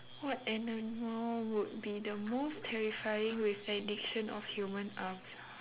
what animal would be the most terrifying with addition of human arms